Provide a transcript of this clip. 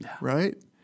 right